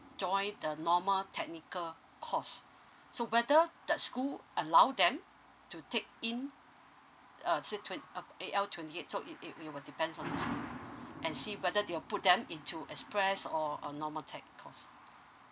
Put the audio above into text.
join the normal technical course so whether that school allow them to take in uh let's say twen~ uh A_L twenty eight so it it it will depends on the school and see whether they will put them into express or a normal technical course